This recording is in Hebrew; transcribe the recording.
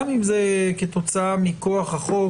גם אם זה כתוצאה מכוח החוק,